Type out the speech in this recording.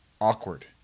awkward